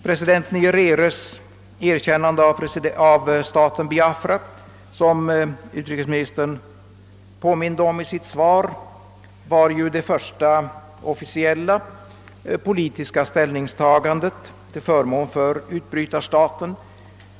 President Nyereres erkännande av staten Biafra, som utrikesministern påminde om i sitt svar, var ju det första officiella politiska ställningstagandet till förmån för utbrytarstaten.